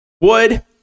Wood